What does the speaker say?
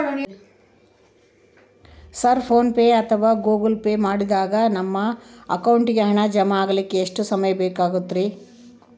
Sir PhonePe ಅಥವಾ Google pay ಮಾಡಿದಾಗ ನಮ್ಮ ಅಕೌಂಟಿಗೆ ಹಣ ಜಮಾ ಆಗಲಿಕ್ಕೆ ಎಷ್ಟು ಸಮಯ ಬೇಕಾಗತೈತಿ?